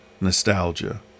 nostalgia